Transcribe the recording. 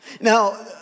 Now